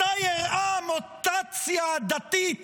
מתי אירעה המוטציה הדתית